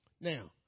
Now